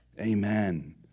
amen